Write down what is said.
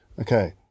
Okay